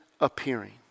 appearing